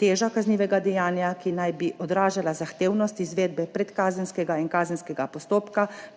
teža kaznivega dejanja, ki naj bi odražala zahtevnost izvedbe predkazenskega in kazenskega postopka,